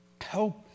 help